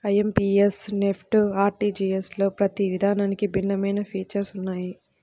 IMPS, NEFT, ఆర్టీజీయస్లలో ప్రతి విధానానికి భిన్నమైన ఫీచర్స్ ఉన్నయ్యి